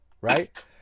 right